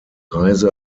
reise